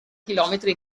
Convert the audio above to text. chilometri